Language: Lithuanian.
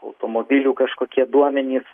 automobilių kažkokie duomenys